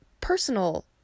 personal